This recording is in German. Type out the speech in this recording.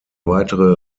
weitere